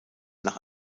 nach